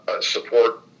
support